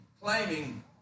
claiming